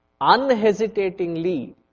Unhesitatingly